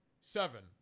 Seven